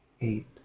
eight